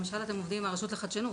למשל אתם עובדים עם הרשות לחדשנות,